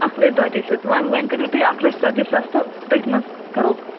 اَکھ لَچھ دۅتٲجۍ ساس وۅنۍ وۅنۍ کٔرِو تُہۍ اَکھ لَچھ ژتجی ساس تہٕ تٔتھۍ منٛز کَرَو